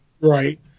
Right